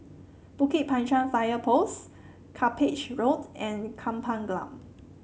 Bukit Panjang Fire Post Cuppage Road and Kampung Glam